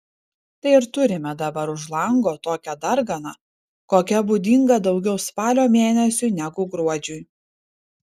tai ir turime dabar už lango tokią darganą kokia būdinga daugiau spalio mėnesiui negu gruodžiui